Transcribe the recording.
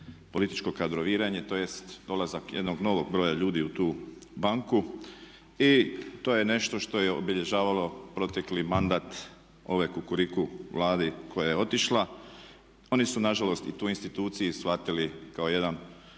političko kadroviranje tj. dolazak jednog novog broja ljudi u tu banku i to je nešto što je obilježavalo protekli mandat ove Kukuriku vlade koja je otišla. Oni su nažalost i tu instituciju shvatili kao jedan